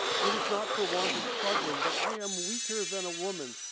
it is not for want of struggling but i am weaker than a woman.